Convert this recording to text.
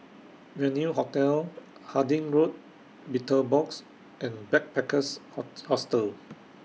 Venue Hotel Harding Road Betel Box and Backpackers Ho Hostel